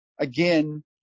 Again